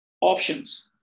options